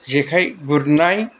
जेखाइ गुरनाय